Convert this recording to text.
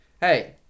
Hey